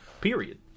Period